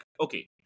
okay